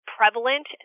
prevalent